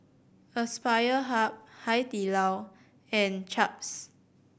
Aspire Hub Hai Di Lao and Chaps